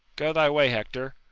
go thy way, hector!